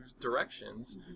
directions